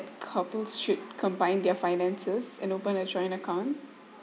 couples should combine their finances and open a joint account